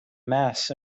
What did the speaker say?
mass